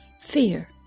fear